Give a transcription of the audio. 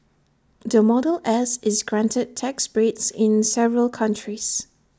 the model S is granted tax breaks in several countries